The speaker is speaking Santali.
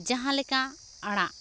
ᱡᱟᱦᱟᱸ ᱞᱮᱠᱟ ᱟᱲᱟᱜ